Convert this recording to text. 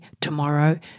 tomorrow